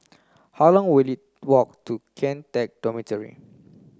how long will it walk to Kian Teck Dormitory